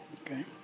okay